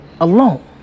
alone